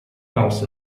else